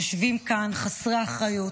יושבים כאן חסרי אחריות,